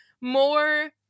more